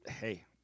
hey